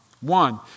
one